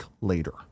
later